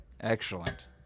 excellent